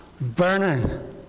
burning